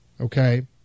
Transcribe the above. Okay